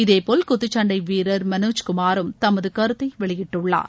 இதேபோல் குத்துச்சண்டை வீரர் மனோஜ்குமாரும் தமது கருத்தை வெளியிட்டுள்ளார்